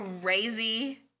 crazy